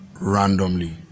randomly